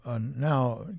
now